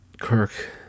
Kirk